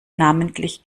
namentlich